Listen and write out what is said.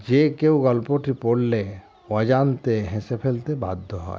যে কেউ গল্পটি পড়লে অজান্তে হেসে ফেলতে বাধ্য হয়